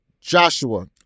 Joshua